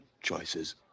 choices